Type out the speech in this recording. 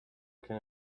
can